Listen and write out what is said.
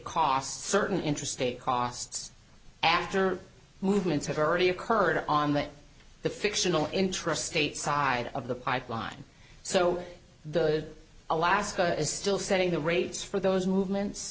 costs certain intrastate costs after movements have already occurred on that the fictional interest state side of the pipeline so the alaska is still setting the rates for those movements